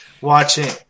Watching